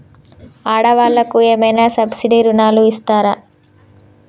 ఆడ వాళ్ళకు ఏమైనా సబ్సిడీ రుణాలు ఇస్తారా?